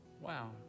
Wow